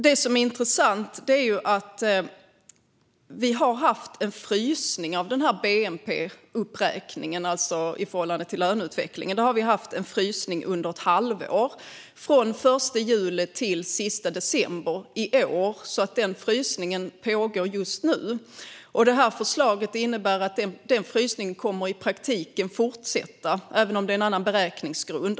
Det som är intressant är att vi gjort en frysning av bnp-uppräkningen, alltså i förhållande till löneutvecklingen. Det har vi gjort under ett halvår, från den första juli till den sista december i år, så den frysningen pågår just nu. Förslaget innebär att den frysningen i praktiken kommer att fortsätta även om det är en annan beräkningsgrund.